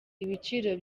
ibiciro